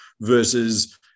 versus